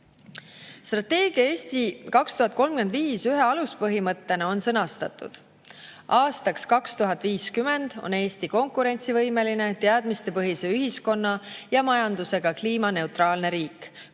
Strateegia "Eesti 2035" ühe aluspõhimõttena on sõnastatud: aastaks 2050 on Eesti konkurentsivõimeline, teadmistepõhise ühiskonna ja majandusega kliimaneutraalne riik,